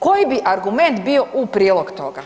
Koji bi argument bio u prilog toga?